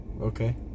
Okay